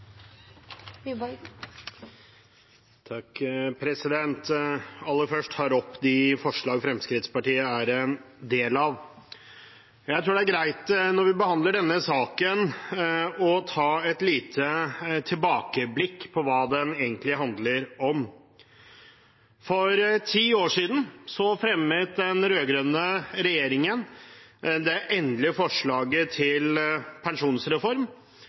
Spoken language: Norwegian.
en del av. Jeg tror det er greit, når vi behandler denne saken, å ta et lite tilbakeblikk på hva den egentlig handler om. For ti år siden fremmet den rød-grønne regjeringen det endelige forslaget til pensjonsreform.